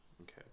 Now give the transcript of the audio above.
Okay